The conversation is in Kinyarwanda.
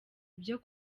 ibyo